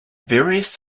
various